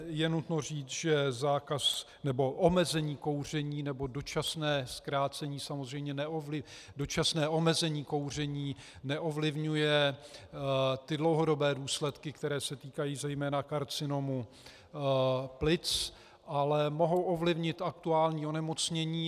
Je nutno říct, že zákaz nebo omezení kouření nebo dočasné zkrácení, dočasné omezení kouření neovlivňuje dlouhodobé důsledky, které se týkají zejména karcinomu plic, ale mohou ovlivnit aktuální onemocnění.